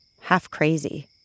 half-crazy